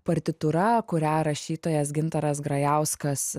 partitūra kurią rašytojas gintaras grajauskas